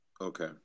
Okay